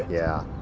yeah.